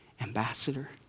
ambassador